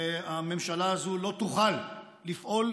והממשלה הזו לא תוכל לפעול,